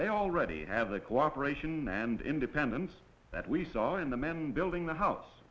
they already have the cooperation and independence that we saw in the men building the house